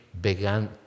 began